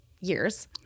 years